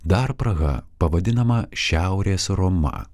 dar praha pavadinama šiaurės roma